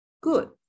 good